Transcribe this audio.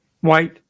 white